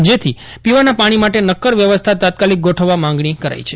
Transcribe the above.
જેથી પીવાના પાણી માટે નક્કર વ્યવસ્થા ગોઠવવા માંગણી કરાઈ છે